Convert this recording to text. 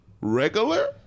regular